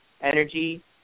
energy